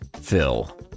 Phil